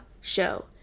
Show